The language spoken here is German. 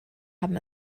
haben